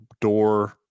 door